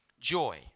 joy